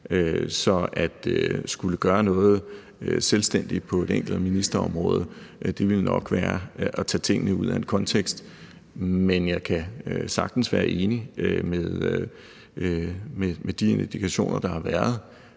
Så at skulle gøre noget selvstændigt på et enkelt ministerområde ville nok være at tage tingene ud af en kontekst, men jeg kan sagtens med de indikationer, der har været